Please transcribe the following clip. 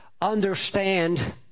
understand